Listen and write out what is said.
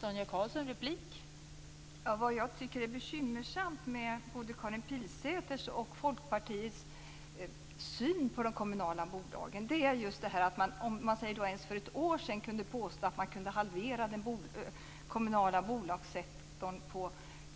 Fru talman! Vad jag tycker är bekymmersamt med både Karin Pilsäters och Folkpartiets syn på de kommunala bolagen är att man säger att man redan för ett år sedan kunde påstå att det går att halvera den kommunala bolagssektorn